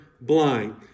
blind